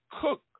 cook